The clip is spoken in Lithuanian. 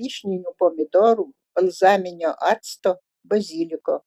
vyšninių pomidorų balzaminio acto baziliko